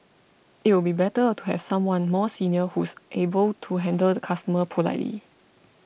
it'll be better to have someone more senior who's able to handle the customer politely